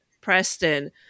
Preston